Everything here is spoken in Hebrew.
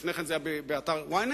לפני כן זה היה באתר Ynet,